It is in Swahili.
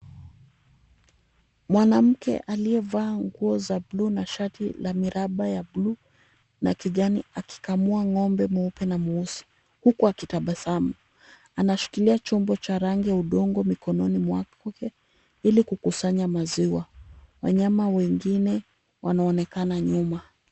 Mwanamke aliyevaa nguo za bluu na shati la miraba ya bluu na kijani akikamua ng'ombe mweupe na mweusi huku akitabasamu. Anashikilia chombo cha rangi ya udongo mikononi mwake ili kukusanya maziwa. Wanyama wengine wanaonekana nyuma.